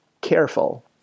careful